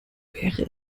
wäre